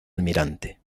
almirante